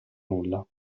nulla